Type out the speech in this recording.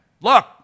Look